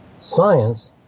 Science